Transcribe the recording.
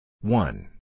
One